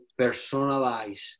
personalize